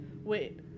wait